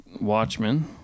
Watchmen